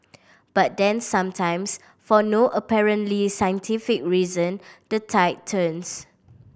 but then sometimes for no apparently scientific reason the tide turns